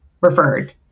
referred